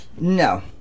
No